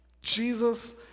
Jesus